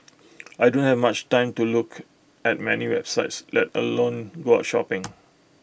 I don't have much time to look at many websites let alone go out shopping